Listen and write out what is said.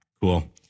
cool